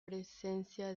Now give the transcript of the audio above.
presencia